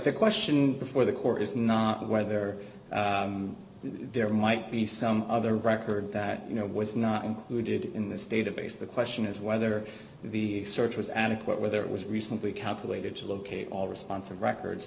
the question before the court is not whether there might be some other record that you know was not included in this database the question is whether the search was adequate whether it was recently calculated to locate all responsive records